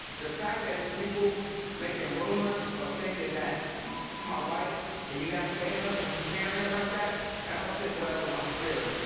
the fact that it's people making rumors are thinking that you my wife and you not saying nothing and you carrying it like that, that don't sit well with my spirit.